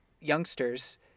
youngsters